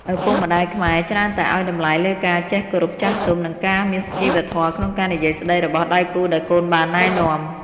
ឪពុកម្ដាយខ្មែរច្រើនតែឱ្យតម្លៃលើការចេះគោរពចាស់ទុំ និងការមានសុជីវធម៌ក្នុងការនិយាយស្តីរបស់ដៃគូដែលកូនបានណែនាំ។